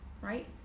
right